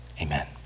Amen